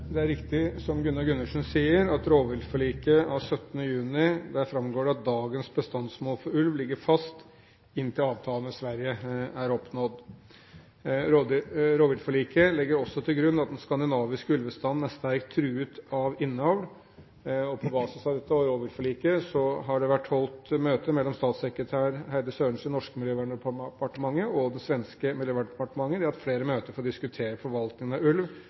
Det er riktig som Gunnar Gundersen sier, at av rovviltforliket av 17. juni framgår det at dagens bestandsmål for ulv ligger fast inntil en avtale med Sverige er oppnådd. Rovviltforliket legger også til grunn at den skandinaviske ulvebestanden er sterkt truet av innavl. På basis av dette og rovdyrforliket har det vært holdt flere møter mellom statssekretær Heidi Sørensen i det norske miljøverndepartementet og statssekretæren i det svenske miljøverndepartementet for å diskutere forvaltningen av ulv, og spesielt hvordan de to landene har arbeidet for å